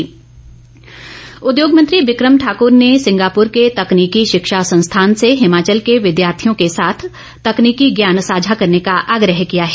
बिक्रम सिंह उद्योग मंत्री बिक्रम ठाकूर ने सिंगापुर के तकनीकी शिक्षा संस्थान से हिमाचल के विद्यार्थियों के साथ तकनीकी साझा करने का आग्रहे किया है